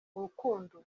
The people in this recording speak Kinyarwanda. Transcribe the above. urukundo